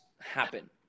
happen